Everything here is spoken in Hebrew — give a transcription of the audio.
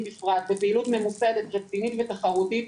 בפרט בפעילות ממוסדת רצינית ותחרותית